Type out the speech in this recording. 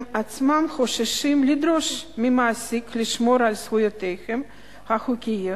הם עצמם חוששים לדרוש מהמעסיק לשמור על זכויותיהם החוקיות,